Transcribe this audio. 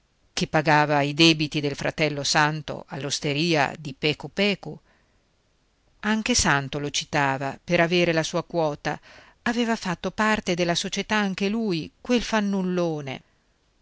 che pagava i debiti del fratello santo all'osteria di pecupecu anche santo lo citava per avere la sua quota aveva fatto parte della società anche lui quel fannullone